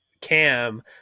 cam